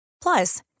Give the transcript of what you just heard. Plus